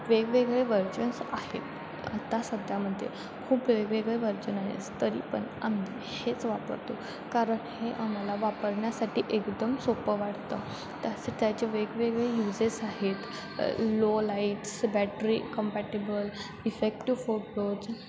वेगवेगळे वर्जन्स आहेत आता सध्यामध्ये खूप वेगवेगळे व्हर्जन आहे तरी पण आम्ही हेच वापरतो कारण हे आम्हाला वापरण्यासाठी एकदम सोपं वाटतं तसे त्याचे वेगवेगळे युजेस आहेत low lights battery compatible effective photos